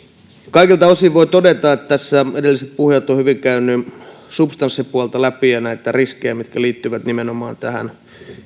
kaikilta osin voi todeta että tässä edelliset puhujat ovat hyvin käyneet läpi substanssipuolta ja näitä riskejä mitkä liittyvät nimenomaan